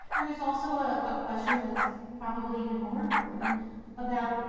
and there is also a ah question that is probably even more important about,